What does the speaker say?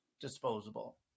disposable